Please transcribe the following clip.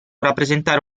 rappresentare